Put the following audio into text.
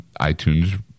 iTunes